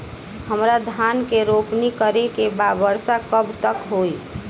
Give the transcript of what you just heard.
हमरा धान के रोपनी करे के बा वर्षा कब तक होई?